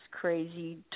crazy